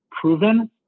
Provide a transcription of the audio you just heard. proven